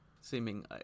seeming